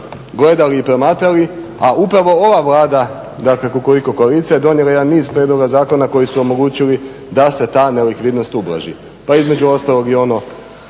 gledali i promatrali, a upravo ova Vlada, dakle Kukuriku koalicija donijela je jedan niz prijedloga zakona koji su omogućili da se ta nelikvidnost ublaži. Pa između ostalog i ono